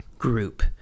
group